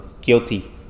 guilty